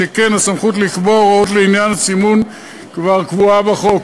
שכן הסמכות לקבוע הוראות לעניין הסימון כבר קבועה בחוק.